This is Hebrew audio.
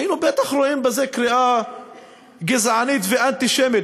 היינו בטח רואים בזה קריאה גזענית ואנטישמית,